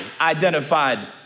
identified